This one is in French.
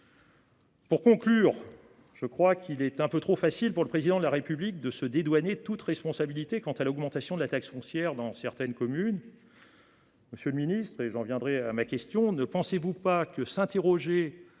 Pour conclure, je crois qu’il est un peu trop facile, pour le Président de la République, de se dédouaner de toute responsabilité dans l’augmentation de la taxe foncière dans certaines communes. Monsieur le ministre, ne pensez-vous pas que s’interroger